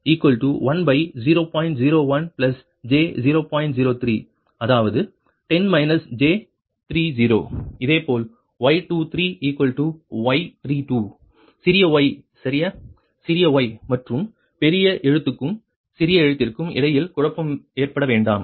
03 அதாவது 10 j30 இதேபோல் y23y32 சிறிய y சரியா சிறிய y மற்றும் பெரிய எழுத்துக்கும் சிறிய எழுத்திற்கும் இடையில் குழப்பம் ஏற்படவேண்டாம்